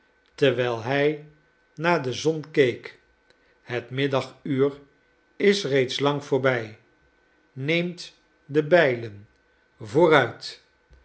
terwijl hij naar de zon keek het middaguur is reeds lang voorbij neemt de bijlen vooruit